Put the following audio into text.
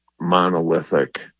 monolithic